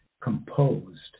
composed